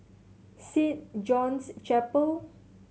Saint John's Chapel